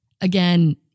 again